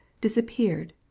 disappeared